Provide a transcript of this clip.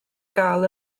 gael